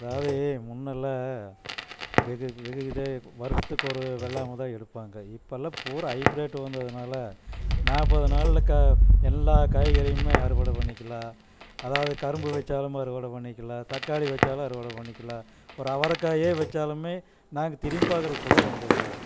அதாவது முன்னெல்லாம் வெகு வெகு இது வருசத்துக்கு ஒரு வெள்ளாங்கோந்தான் இருப்பாங்க இப்போல்லாம் பூராக ஐப்ரேட் வந்ததுனால் நாற்பது நாளில் க எல்லா காய்கறியுமே அறுவடை பண்ணிக்கலாம் அதாவது கரும்பு வச்சாலும் அறுவடை பண்ணிக்கிலாம் தக்காளி வச்சாலும் அறுவடை பண்ணிக்கலாம் ஒரு அவரைக்காயே வச்சாலுமே நாங்கள் திரும்பி பார்க்குறதுக்குள்ள வந்துடுது